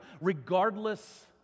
regardless